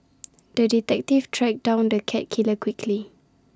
the detective tracked down the cat killer quickly